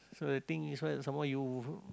so the thing is right some more you